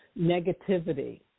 negativity